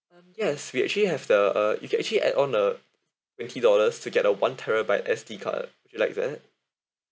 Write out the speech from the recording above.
um yes we actually have the uh you can actually add on a twenty dollars to get a one terabyte S_D card would you like that